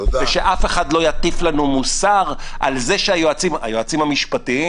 ושאף אחד לא יטיף לנו מוסר על זה שהיועצים המשפטיים